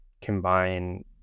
combine